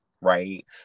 right